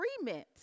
agreement